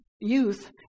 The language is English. youth